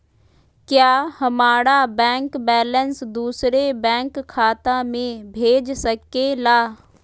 क्या हमारा bank balance दूसरे बैंक खाता में भेज सके ला?